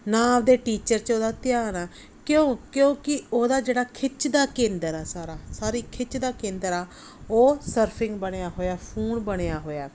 ਨਾ ਆਪਣੇ ਟੀਚਰ 'ਚ ਉਹਦਾ ਧਿਆਨ ਆ ਕਿਉਂ ਕਿਉਂਕਿ ਉਹਦਾ ਜਿਹੜਾ ਖਿੱਚ ਦਾ ਕੇਂਦਰ ਆ ਸਾਰਾ ਸਾਰੀ ਖਿੱਚ ਦਾ ਕੇਂਦਰ ਆ ਉਹ ਸਰਫਿੰਗ ਬਣਿਆ ਹੋਇਆ ਫੂਨ ਬਣਿਆ ਹੋਇਆ